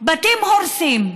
בתים הורסים,